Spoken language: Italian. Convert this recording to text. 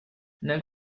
nel